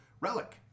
Relic